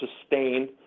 sustain